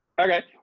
okay